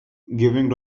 giving